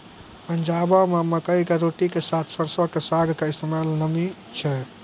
पंजाबो मे मकई के रोटी के साथे सरसो के साग के इस्तेमाल नामी छै